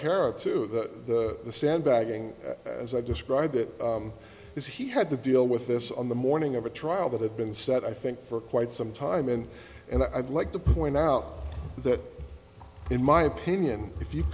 carriage to the sandbagging as i described it is he had to deal with this on the morning of a trial that had been set i think for quite some time and and i'd like to point out that in my opinion if you